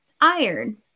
iron